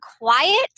quiet